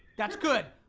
that's good.